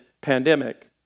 pandemic